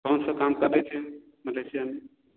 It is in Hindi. कौनसा काम कर रहे थे पजेशन